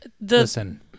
listen